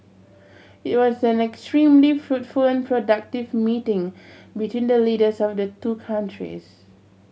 it was an extremely fruitful and productive meeting between the leaders of the two countries